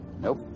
Nope